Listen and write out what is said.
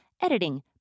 editing